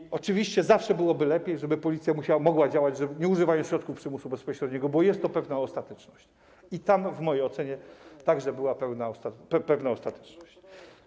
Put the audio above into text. I oczywiście zawsze byłoby lepiej, gdyby policja mogła działać, nie używając środków przymusu bezpośredniego, bo jest to pewna ostateczność i tam w mojej ocenie także była pewna ostateczność.